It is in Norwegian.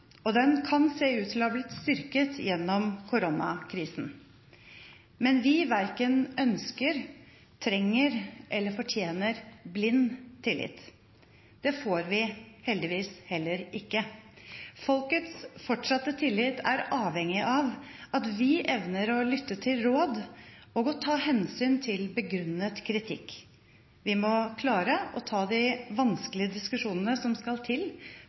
og den kan se ut til å ha blitt styrket gjennom koronakrisen. Men vi verken ønsker, trenger eller fortjener blind tillit. Det får vi heldigvis heller ikke. Folkets fortsatte tillit er avhengig av at vi evner å lytte til råd og ta hensyn til begrunnet kritikk. Vi må klare å ta de vanskelige diskusjonene som skal til